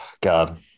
god